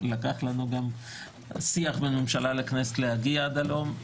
לקח גם לשיח בין הממשלה לכנסת להגיע עד הלום.